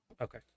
Okay